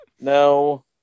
No